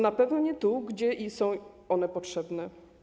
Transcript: Na pewno nie tam, gdzie są one potrzebne.